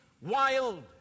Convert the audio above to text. wild